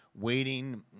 waiting